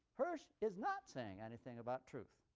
hirsch is not saying anything about truth.